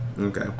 Okay